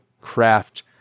craft